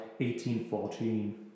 1814